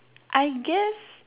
I guess